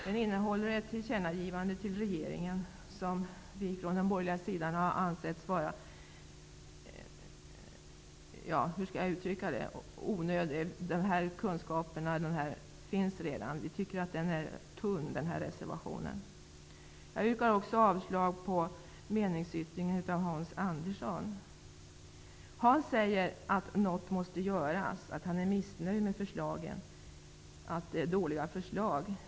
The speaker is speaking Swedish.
Den innehåller ett tillkännagivande till regeringen som vi från den borgerliga sidan har ansett vara onödigt. Vi tycker att reservationen är tunn. Jag yrkar också avslag på meningsyttringen av Hans Andersson. Hans Andersson sade att förslagen är dåliga, att han är missnöjd med dem och att något måste göras.